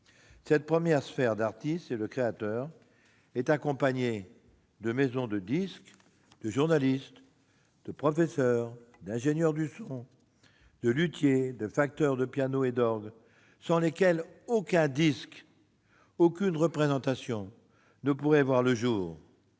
Cette première sphère d'artistes et de créateurs est accompagnée de maisons de disque, de journalistes, de professeurs, d'ingénieurs du son, de luthiers, de facteurs de pianos et d'orgues, sans lesquels aucun disque, aucune représentation, ne pourrait voir le jour.